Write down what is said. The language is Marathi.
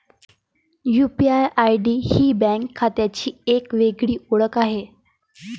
यू.पी.आय.आय.डी ही बँक खात्याची एक वेगळी ओळख आहे